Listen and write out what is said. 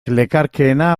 lekarkeena